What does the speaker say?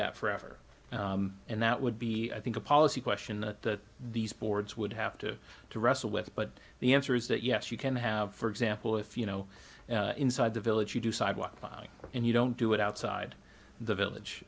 that forever and that would be i think a policy question that these boards would have to to wrestle with but the answer is that yes you can have for example if you know inside the village you do sidewalk and you don't do it outside the